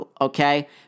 okay